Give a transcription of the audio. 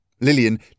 Lillian